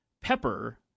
pepper